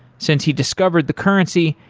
since he discovered the currency,